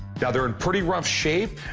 now, they're in pretty rough shape.